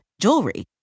jewelry